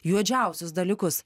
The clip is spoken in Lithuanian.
juodžiausius dalykus